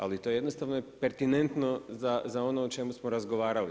Ali to jednostavno je pertinentno za ono o čemu smo razgovarali.